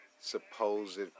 supposed